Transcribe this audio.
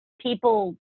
people